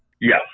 Yes